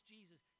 Jesus